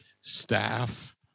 staff